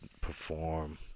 perform